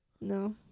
no